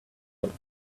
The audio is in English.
get